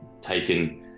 taken